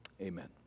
amen